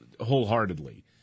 wholeheartedly